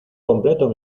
completo